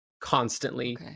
constantly